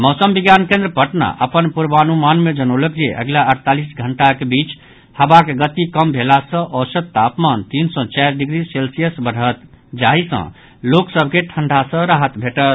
मौसम विज्ञान केन्द्र पटना अपन पूर्वानुमान मे जनौलक जे अगिला अड़तालीस घंटाक बीच हवाक गति कम भेला सँ औसत तापमान तीन सँ चारि डिग्री सेल्सियस बढ़त जाहि सँ लोक सभ के ठंढ़ा सँ राहत भेटत